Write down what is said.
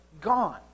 gone